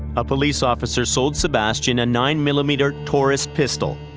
a police officer sold sebastian a nine mm ah mm and taurus pistol.